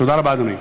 תודה רבה, אדוני.